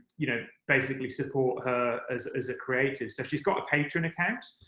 you know, basically support her as as a creative. so she's got a patreon account.